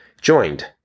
joined